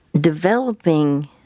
developing